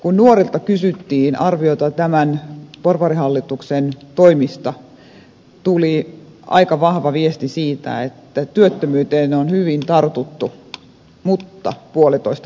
kun nuorilta kysyttiin arvioita tämän porvarihallituksen toimista tuli aika vahva viesti siitä että työttömyyteen on hyvin tartuttu mutta puolitoista vuotta myöhässä